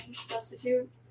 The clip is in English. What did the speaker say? substitute